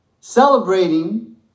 celebrating